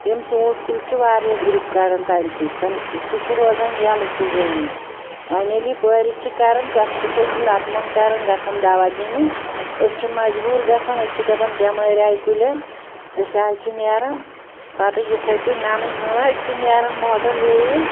تِم ژوٗںٛٹھۍ کُلۍ چھِ واریاہ کڑان تَمہِ سۭتۍ سُہ چھُ روزان یَلہٕ سُہ زٔمیٖن وونۍ ییٚلہِ یہِ بٲرِش چھِ کران پٮ۪ٹھہٕ چھِس أسۍ لَتہٕ موٚنٛڈ کران گژھان دوا دِنہِ أسۍ چھِ مَجبوٗر گژھان أسۍ چھِ دَپان بیٚمٲرۍ آیہِ کُلیٚن أسۍ حظ چھِ نیران پَتہٕ یِتھٔے پٲٹھۍ نَنٕے نأڈۍ چھِ نیران موٹر ہیٚے ہیٚے